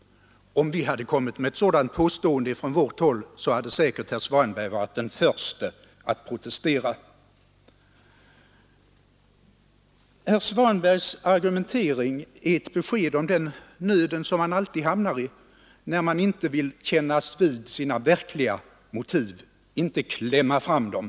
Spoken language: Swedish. Om vi gjort ett sådant påstående från vårt håll hade säkerligen herr Svanberg varit den förste att protestera. Herr Svanbergs argumentering ger ett besked om den nöd som man alltid hamnar i när man inte vill kännas vid sina verkliga motiv, inte vill klämma fram dem.